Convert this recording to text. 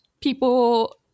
people